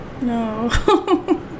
no